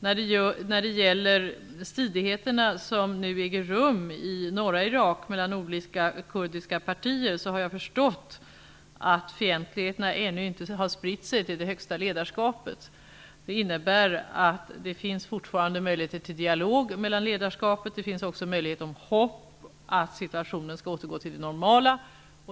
När det gäller stridigheterna i norra Irak mellan olika kurdiska partier har jag förstått att fientligheterna ännu inte har spritt sig till det högsta ledarskapet. Det innebär att det fortfarande finns möjligheter till dialog mellan ledarna. Det finns också hopp om att situationen skall återgå till det normala.